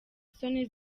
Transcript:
isoni